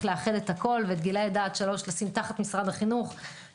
לאחד הכול וגילאי לידה עד 3 לשים תחת משרד החינוך,